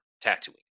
tattooing